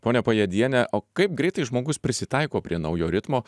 pone pajėdiene o kaip greitai žmogus prisitaiko prie naujo ritmo